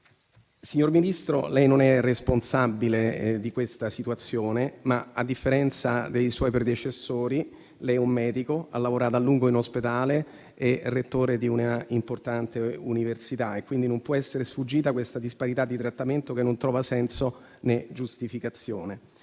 Signor Ministro, lei non è responsabile di questa situazione, ma, a differenza dei suoi predecessori, lei è un medico, ha lavorato a lungo in ospedale, è rettore di una importante università, quindi non può esserle sfuggita questa disparità di trattamento che non trova senso né giustificazione,